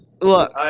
Look